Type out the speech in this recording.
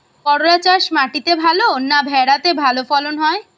করলা চাষ মাটিতে ভালো না ভেরাতে ভালো ফলন হয়?